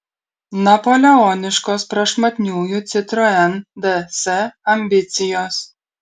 napoleoniškos prašmatniųjų citroen ds ambicijos